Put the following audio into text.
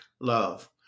love